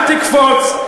אל תקפוץ,